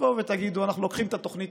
תבואו ותגידו: אנחנו לוקחים את התוכנית